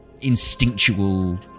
instinctual